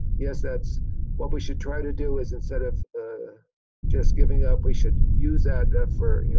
yes that's what we should try to do is instead of ah just giving up we should use that that for,